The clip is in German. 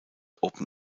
open